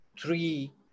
three